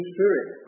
Spirit